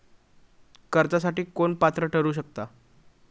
कर्जासाठी कोण पात्र ठरु शकता?